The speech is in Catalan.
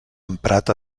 emprat